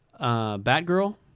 Batgirl